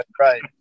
right